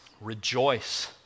Rejoice